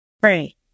Pray